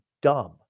dumb